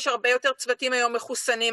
שוב,